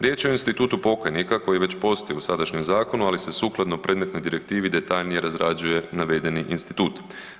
Riječ je o institutu pokajnika koji već postoji u sadašnjem zakonu, ali se sukladno predmetnoj direktivi detaljnije razrađuje navedeni institut.